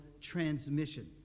transmission